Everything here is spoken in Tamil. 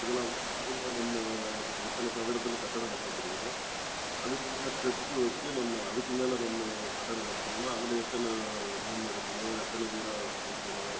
இதுலாம் நடுவில் நம்ம எத்தனை சதுரத்தில் கட்டிடம் கட்ட முடியும் அதுக்கு மேலே ஸ்டெப்ஸு வச்சு நம்ம அதுக்கு மேலே நம்ம கட்டிடம் கட்டினோமுன்னா அதில் எத்தனை ரூம் எடுக்கணும் எத்தனை வீடாக பிரிக்கணும்